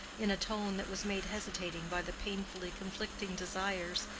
in a tone that was made hesitating by the painfully conflicting desires,